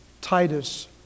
Titus